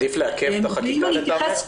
עדיף לעכב את החקיקה לטעמך?